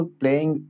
playing